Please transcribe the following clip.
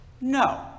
No